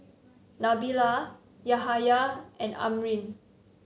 Nabila Yahaya and Amrin